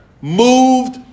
moved